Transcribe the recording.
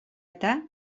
eta